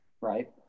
Right